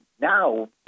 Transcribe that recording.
now